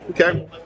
Okay